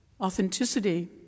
authenticity